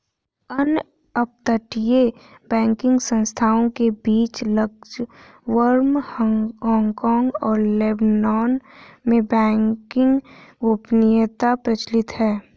अन्य अपतटीय बैंकिंग संस्थानों के बीच लक्ज़मबर्ग, हांगकांग और लेबनान में बैंकिंग गोपनीयता प्रचलित है